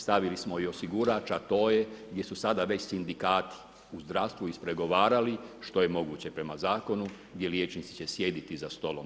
Stavili smo osigurač a to je gdje su sada već sindikati u zdravstvu ispregovarali, što je moguće prema zakonu, gdje liječnici će sjediti prema stolu.